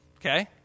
okay